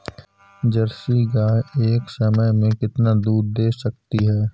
Jersey गाय एक समय में कितना दूध दे सकती है?